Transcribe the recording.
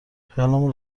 خیالمون